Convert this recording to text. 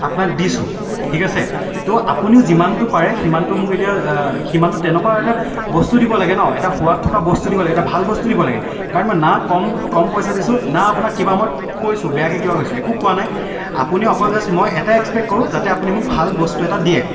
আপোনাক দিছোঁ ঠিক আছে তো আপুনিও যিমানটো পাৰে সিমানটো মোক এতিয়া সিমানটো তেনেকুৱা এটা বস্তু দিব লাগে ন এটা সোৱাদ থকা বস্তু দিব লাগে এটা ভাল বস্তু দিব লাগে কাৰণ মই না কম কম পইচা দিছোঁ না আপোনাক কিবা মই কৈছোঁ বেয়াকৈ কিবা কৈছোঁ একো কোৱা নাই আপুনি অকল জাষ্ট মই এটাই এক্সপেক্ট কৰোঁ যাতে আপুনি মোক ভাল বস্তু এটা দিয়ে